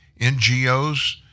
NGOs